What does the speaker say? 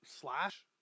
slash